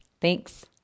Thanks